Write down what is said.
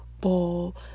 ball